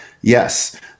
Yes